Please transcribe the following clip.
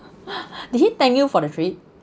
did he thank you for the trip